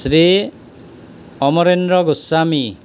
Shri Amarendra Goswami